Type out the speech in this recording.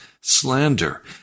slander